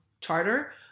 charter